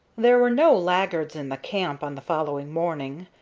there were no laggards in the camp on the following morning,